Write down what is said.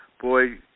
boy